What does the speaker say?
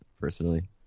personally